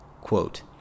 Quote